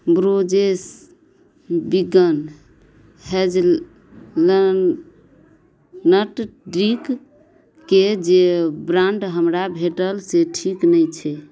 brogues vegan hazelnuts ड्रिन्कके जे brand हमरा भेटल से ठीक नहि छै